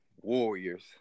Warriors